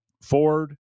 Ford